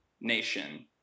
nation